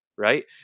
right